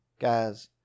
guys